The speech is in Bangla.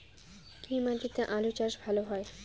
কি মাটিতে আলু চাষ ভালো হয়?